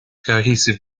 cohesive